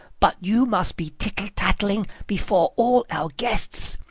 but you must be tittle-tattling before all our guests?